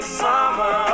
summer